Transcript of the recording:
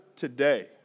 today